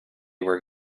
were